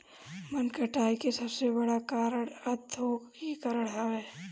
वन कटाई के सबसे बड़ कारण औद्योगीकरण हवे